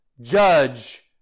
Judge